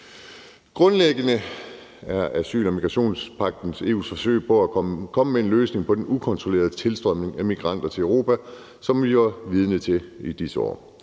Grundlæggende er asyl- og migrationspagten EU's forsøg på at komme med en løsning på den ukontrollerede tilstrømning af migranter til Europa, som vi er vidne til i disse år.